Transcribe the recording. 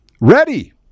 ready